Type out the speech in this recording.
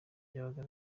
byabaga